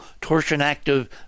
torsion-active